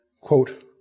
quote